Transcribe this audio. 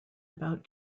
about